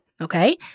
okay